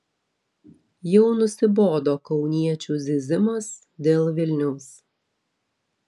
jau nusibodo kauniečių zyzimas dėl vilniaus